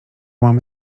mam